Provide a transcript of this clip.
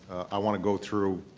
i want to go through